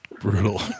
Brutal